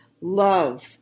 love